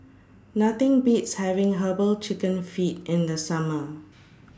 Nothing Beats having Herbal Chicken Feet in The Summer